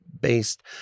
based